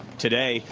today,